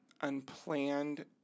unplanned